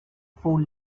four